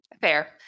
Fair